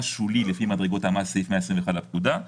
לפי מדרגות המס בסעיף 121 לפקודה.